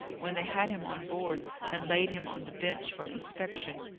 when they had him on board and laid him on the bench for inspection.